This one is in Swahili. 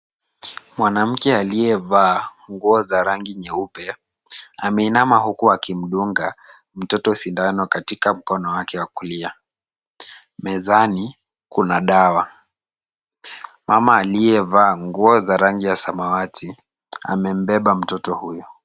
Mwanamke aliyevaa nguo za rangi nyeupe, ameinama huku akimdunga mtoto sindano katika mkono wake wa kulia. Mezani kuna dawa. Mama aliyevaa nguo za rangi ya samawati amembeba mtoto huyo.